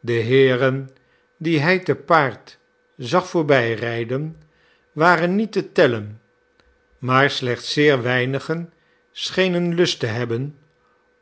de heeren die hij te paard zag voorbijrijden waren niet te tellen maar slechts zeer weinigen schenen lust te hebben